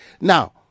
Now